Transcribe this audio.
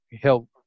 help